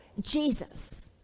Jesus